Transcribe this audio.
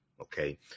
Okay